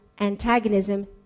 antagonism